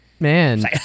Man